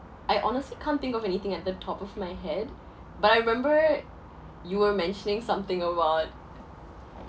I honestly can't think of anything at the top of my head but I remember you were mentioning something about